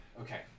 okay